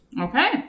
Okay